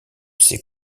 ses